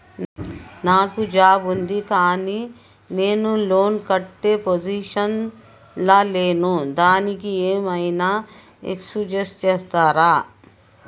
నాకు జాబ్ ఉంది కానీ నేను లోన్ కట్టే పొజిషన్ లా లేను దానికి ఏం ఐనా ఎక్స్క్యూజ్ చేస్తరా?